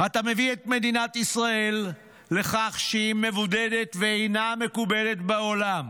אתה מביא את מדינת ישראל לכך שהיא מבודדת ואינה מקובלת בעולם,